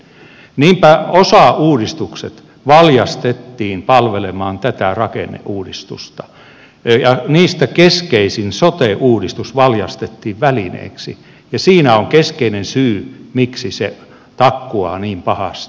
niinpä osauudistukset valjastettiin palvelemaan tätä rakenneuudistusta ja niistä keskeisin sote uudistus valjastettiin välineeksi ja siinä on keskeinen syy miksi se takkuaa niin pahasti